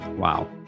Wow